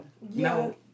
No